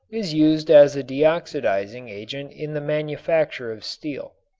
is used as a deoxidizing agent in the manufacture of steel.